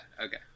okay